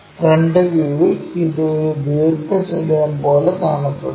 front വ്യൂവിൽ ഇത് ഒരു ദീർഘചതുരം പോലെ കാണപ്പെടുന്നു